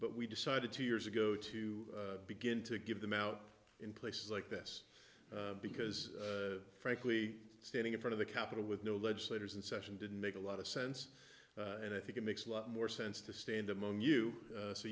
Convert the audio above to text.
but we decided to years ago to begin to give them out in places like this because frankly standing in front of the capitol with no legislators in session did make a lot of sense and i think it makes a lot more sense to stand among you